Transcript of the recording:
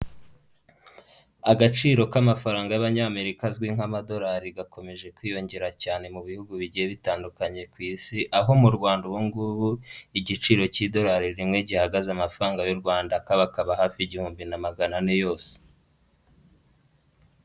Agaciro k'amafaranga y'abanyamerika azwi nk'amadolari gakomeje kwiyongera cyane mu bihugu bigiye bitandukanye ku isi, aho mu Rwanda ubungubu igiciro cy'idolari rimwe, gihagaze amafaranga y'u Rwanda akabakaba hafi igihumbi na magana ane yose.